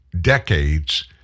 decades